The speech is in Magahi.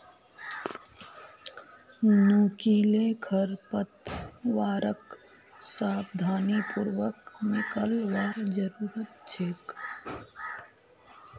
नुकीले खरपतवारक सावधानी पूर्वक निकलवार जरूरत छेक